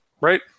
right